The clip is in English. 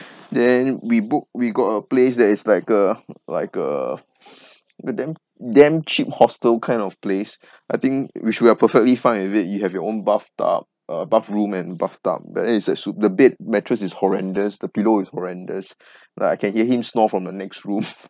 then we book we got a place that is like a like a the damn damn cheap hostel kind of place I think which we are perfectly fine with it you have your own bathtub uh bathroom and bathtub that it's like the bed mattress is horrendous the pillow is horrendous like I can hear him snore from the next room